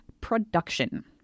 production